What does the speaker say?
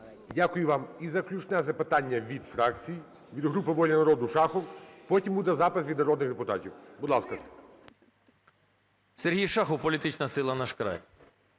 Дякую вам. І заключне запитання від фракцій. Від групи "Воля народу" Шахов. Потім буде запис від народних депутатів. Будь ласка.